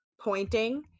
pointing –